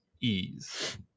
ease